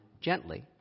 gently